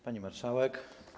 Pani Marszałek!